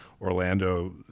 Orlando